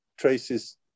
traces